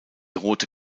rote